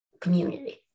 community